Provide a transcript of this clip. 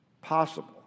Possible